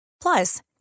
Plus